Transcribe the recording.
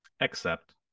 Accept